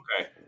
Okay